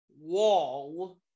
wall